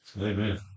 Amen